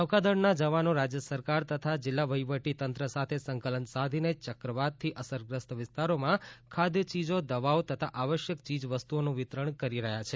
નૌકાદળના જવાનો રાજ્ય સરકાર તથા જિલ્લા વહિવટીતંત્ર સાથે સંકલન સાધીને ચક્રવાતથી અસરગ્રસ્ત વિસ્તારોમાં ખાદ્યચીજો દવાઓ તથા આવશ્યક ચીજવસ્તુઓનું વિતરણ કરી રહ્યા છે